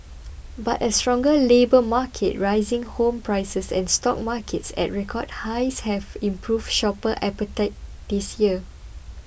but a stronger labour market rising home prices and stock markets at record highs have improved shopper appetite this year